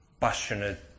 passionate